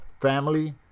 family